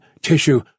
tissue